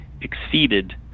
exceeded